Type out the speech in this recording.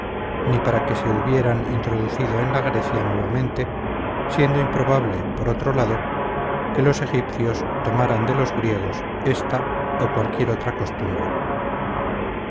ni para que se hubieran introducido en la grecia nuevamente siendo improbable por otro lado que los egipcios tomaran de los griegos esta o cualquier otra costumbre